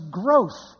growth